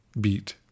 beat